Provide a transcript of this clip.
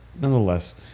nonetheless